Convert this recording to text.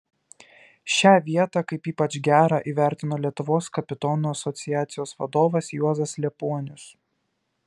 šią vietą kaip ypač gerą įvertino lietuvos kapitonų asociacijos vadovas juozas liepuonius